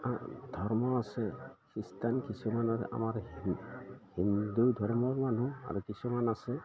ধৰ্ম আছে খ্ৰীষ্টান কিছুমান আৰু আমাৰ হিন্দু ধৰ্মৰ মানুহ আৰু কিছুমান আছে